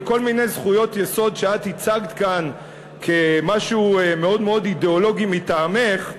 וכל מיני זכויות יסוד שאת הצגת כאן כמשהו מאוד מאוד אידיאולוגי מטעמך,